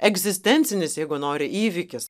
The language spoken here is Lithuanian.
egzistencinis jeigu nori įvykis